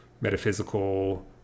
metaphysical